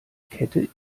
kette